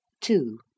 Two